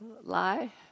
lie